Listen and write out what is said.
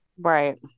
Right